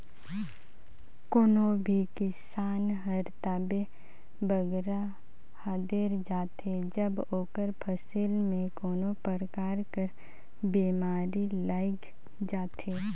कोनो भी किसान हर तबे बगरा हदेर जाथे जब ओकर फसिल में कोनो परकार कर बेमारी लइग जाथे